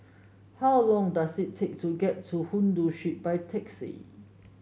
how long does it take to get to Hindoo by taxi